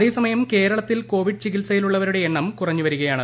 അതേസ്മ്യം കേരളത്തിൽ കോവിഡ് ചികിത്സയിലുള്ളവരുടെ എണ്ണം കൂറഞ്ഞു വരികയാണ്